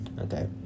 Okay